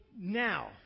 now